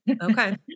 Okay